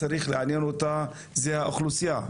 צריך לעניין אותה זה האוכלוסייה,